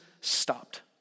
stopped